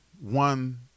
one